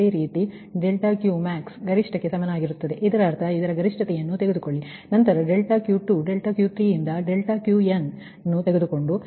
ಅದೇ ರೀತಿ∆Qmax ಗರಿಷ್ಠ ಕ್ಕೆ ಸಮನಾಗಿರುತ್ತದೆ ಇದರರ್ಥ ಇದರ ಗರಿಷ್ಠತೆಯನ್ನು ತೆಗೆದುಕೊಳ್ಳಿ ನಂತರ ∆Q2 ∆Q3 ರಿಂದ ∆Qn ಕ್ಕೆ ತೆಗೆದುಕೊಳ್ಳಿ